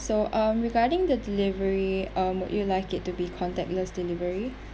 so um regarding the delivery um you'd like it to be contactless delivery